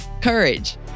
courage